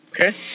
Okay